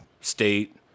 state